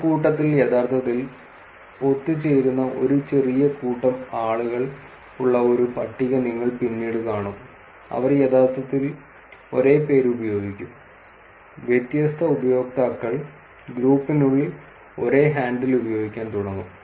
ഒരു കൂട്ടത്തിൽ യഥാർത്ഥത്തിൽ ഒത്തുചേരുന്ന ഒരു ചെറിയ കൂട്ടം ആളുകൾ ഉള്ള ഒരു പട്ടിക നിങ്ങൾ പിന്നീട് കാണും അവർ യഥാർത്ഥത്തിൽ ഒരേ പേര് ഉപയോഗിക്കും വ്യത്യസ്ത ഉപയോക്താക്കൾ ഗ്രൂപ്പിനുള്ളിൽ ഒരേ ഹാൻഡിൽ ഉപയോഗിക്കാൻ തുടങ്ങും